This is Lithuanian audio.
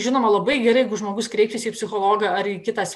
žinoma labai gerai jeigu žmogus kreipiasi į psichologą ar į kitą